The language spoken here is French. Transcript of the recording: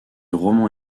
roman